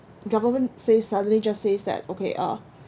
government says suddenly just says that okay uh